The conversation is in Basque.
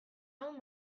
hau